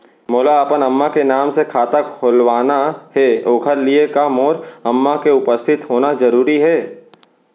मोला अपन अम्मा के नाम से खाता खोलवाना हे ओखर लिए का मोर अम्मा के उपस्थित होना जरूरी हे?